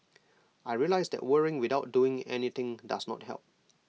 I realised that worrying without doing anything does not help